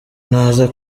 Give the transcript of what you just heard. naza